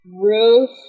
Ruth